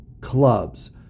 clubs